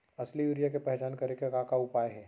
असली यूरिया के पहचान करे के का उपाय हे?